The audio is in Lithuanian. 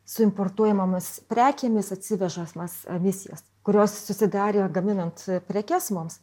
su importuojamomis prekėmis atsivežamas emisijas kurios susidarė gaminant prekes mums